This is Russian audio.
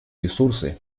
ресурсы